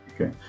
Okay